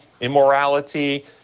immorality